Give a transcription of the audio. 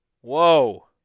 Whoa